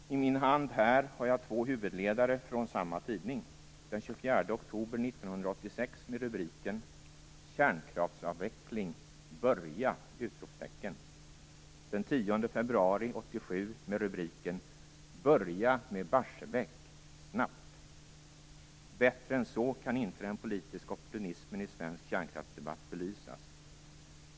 I min hand här har jag två huvudledare från samma tidning. Den 24 oktober 1986 med rubriken Bättre än så kan inte den politiska opportunismen i svensk kärnkraftsdebatt belysas.